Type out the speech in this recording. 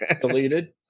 deleted